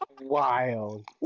Wild